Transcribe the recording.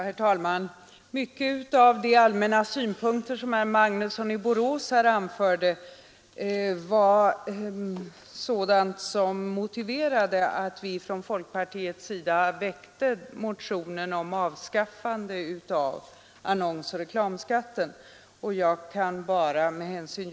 Herr talman! Många av de allmänna synpunkter som herr Magnusson i Borås anförde kan jag instämma i — det var just sådana synpunkter som motiverade att vi från folkpartiets sida väckte motionen om avskaffande av annons och reklamskatten.